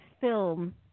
film